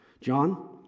John